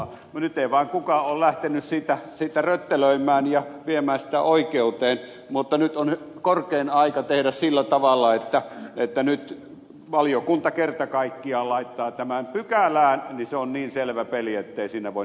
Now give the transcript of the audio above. no nyt ei vaan kukaan ole lähtenyt siitä rettelöimään ja viemään sitä oikeuteen mutta nyt on korkein aika tehdä sillä tavalla että valiokunta kerta kaikkiaan laittaa tämän pykälään niin se on niin selvä peli ettei siinä voi nikotella mitään